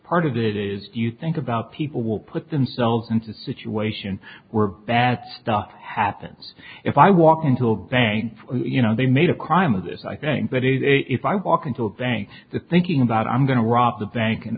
part of it is do you think about people will put themselves into a situation where bad stuff happens if i walk into a bank you know they made a crime of this i think that is a if i walk into a bank the thinking about i'm going to rob the bank and